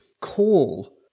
call